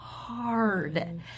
Hard